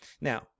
Now